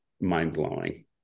mind-blowing